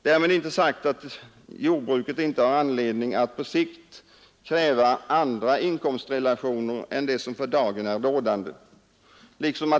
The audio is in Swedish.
Därmed är inte sagt att jordbruket inte har anledning att på sikt kräva andra inkomstrelationer än dem som för dagen är rådande.